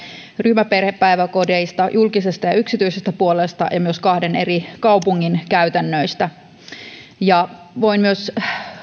ryhmäperhepäiväkodeista julkisesta ja yksityisestä puolesta ja myös kahden eri kaupungin käytännöistä voin myös